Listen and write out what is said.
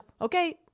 okay